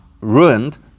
ruined